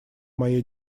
моей